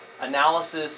Analysis